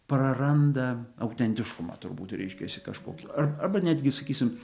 praranda autentiškumą turbūt reiškiasi kažkokį ar arba netgi sakysim